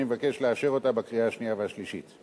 אני מבקש לאשר אותה בקריאה השנייה והשלישית.